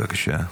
בבקשה.